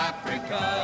Africa